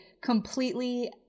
completely